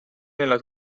nella